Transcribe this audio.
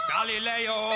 Galileo